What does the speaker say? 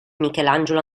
michelangelo